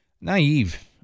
naive